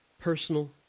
personal